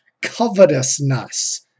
Covetousness